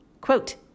Quote